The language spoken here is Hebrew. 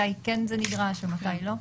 מתי כן זה נדרש ומתי לא?